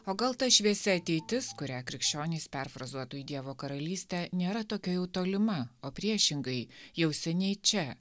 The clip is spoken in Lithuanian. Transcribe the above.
o gal ta šviesi ateitis kurią krikščionys perfrazuotų į dievo karalystę nėra tokia jau tolima o priešingai jau seniai čia